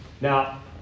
Now